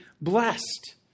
blessed